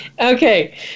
Okay